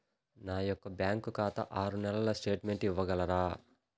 నా యొక్క బ్యాంకు ఖాతా ఆరు నెలల స్టేట్మెంట్ ఇవ్వగలరా?